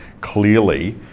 Clearly